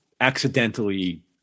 accidentally